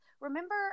remember